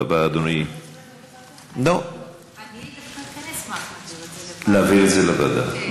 אני דווקא כן אשמח להעביר את זה לוועדה.